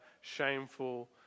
shameful